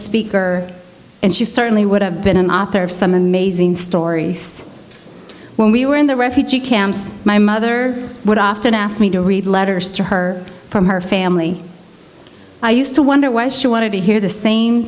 speaker and she certainly would have been an author of some amazing stories when we were in the refugee camps my mother would often ask me to read letters to her from her family i used to wonder why she wanted to hear the same